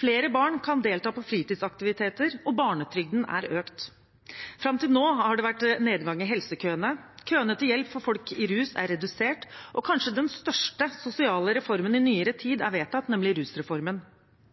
Flere barn kan delta på fritidsaktiviteter, og barnetrygden er økt. Fram til nå har det vært nedgang i helsekøene. Køene til hjelp for folk i rus er redusert, og kanskje den største sosiale reformen i nyere tid er vedtatt, nemlig rusreformen.